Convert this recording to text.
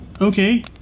Okay